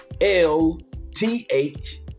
l-t-h